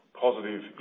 positive